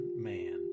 man